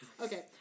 Okay